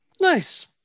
nice